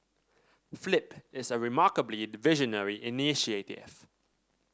flip is a remarkably visionary initiative